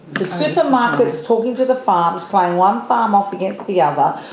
the supermarkets talking to the farms, playing one farm off against the other,